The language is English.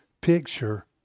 picture